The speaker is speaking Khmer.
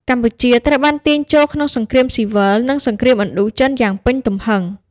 កម្ពុជាត្រូវបានទាញចូលក្នុងសង្គ្រាមស៊ីវិល និងសង្គ្រាមឥណ្ឌូចិនយ៉ាងពេញទំហឹង។